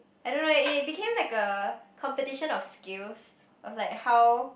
I don't know eh it became like a competition of skills of like how